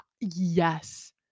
yes